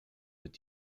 mit